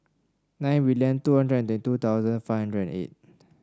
nine million two hundred twenty thousand five hundred and eight